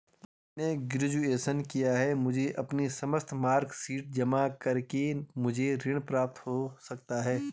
मैंने ग्रेजुएशन किया है मुझे अपनी समस्त मार्कशीट जमा करके मुझे ऋण प्राप्त हो सकता है?